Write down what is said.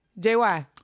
jy